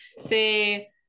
Say